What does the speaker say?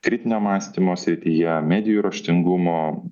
kritinio mąstymo srityje medijų raštingumo